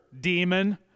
demon